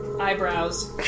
Eyebrows